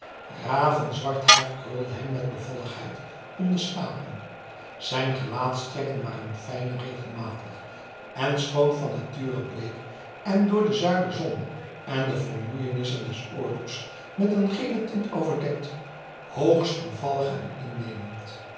ravenzwart haar krulde hem met bevalligheid om de slapen zijn gelaatstrekken waren fijn en regelmatig en schoon van nature bleek en door de zuiderzon en de vermoeienissen des oorlogs met een gele tint overdekt hoogst bevallig en innemend